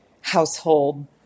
household